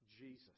Jesus